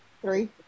Three